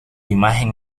imagen